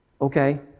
Okay